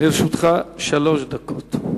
לרשותך שלוש דקות.